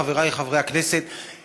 חבריי חברי הכנסת,